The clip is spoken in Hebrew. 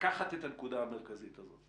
לקחת את הנקודה המרכזית הזאת,